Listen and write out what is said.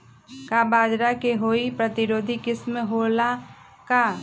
का बाजरा के कोई प्रतिरोधी किस्म हो ला का?